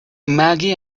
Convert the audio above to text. maggie